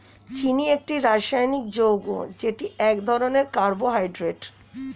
চিনি একটি রাসায়নিক যৌগ যেটি এক ধরনের কার্বোহাইড্রেট